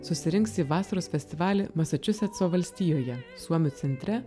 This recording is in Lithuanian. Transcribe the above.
susirinks į vasaros festivalį masačusetso valstijoje suomių centre